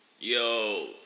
Yo